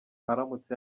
aramutse